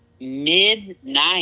Midnight